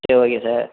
சரி okay sir